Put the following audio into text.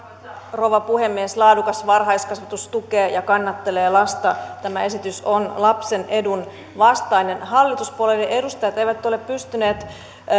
rouva puhemies laadukas varhaiskasvatus tukee ja kannattelee lasta tämä esitys on lapsen edun vastainen hallituspuolueiden edustajat eivät ole pystyneet